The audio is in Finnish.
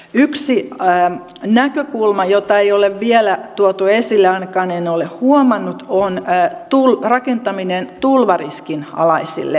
yksi näkökulma jota ei ole vielä tuotu esille ainakaan en ole huomannut on rakentaminen tulvariskin alaisille ranta alueille